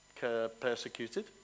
persecuted